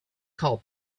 call